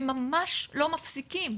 הם ממש לא מפסיקים,